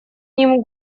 ним